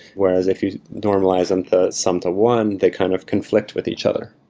whereas if you normalize and the sum to one, they kind of conflict with each other